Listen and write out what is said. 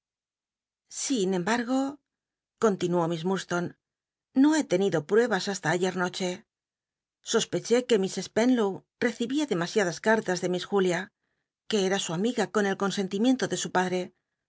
sin embatgo continuó miss lliurdstone no he tenido ptuebas hasta ayee noche sospeché que miss spcnlow recibía demasiadas cattas de miss julia que cm u amiga con el consentimiento de sn padre